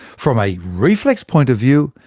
from a reflex point of view,